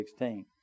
16